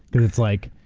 it's like,